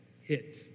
hit